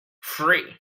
free